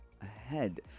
ahead